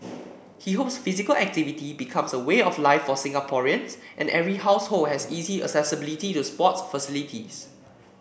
he hopes physical activity becomes a way of life for Singaporeans and every household has easy accessibility to sports facilities